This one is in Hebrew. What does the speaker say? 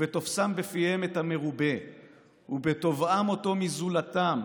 / ובתופסם בפיהם את המרובה ובתובעם אותו מזולתם,